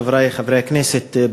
חברי חברי הכנסת,